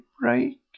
break